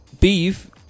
beef